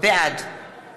בעד